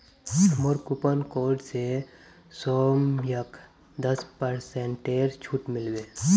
मोर coupon code स सौम्यक दस पेरसेंटेर छूट मिल बे